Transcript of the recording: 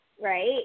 Right